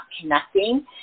connecting